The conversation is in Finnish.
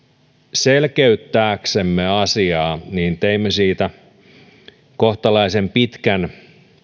selkeyttääksemme asiaa teimme siitä kohtalaisen pitkän